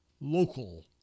local